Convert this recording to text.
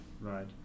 right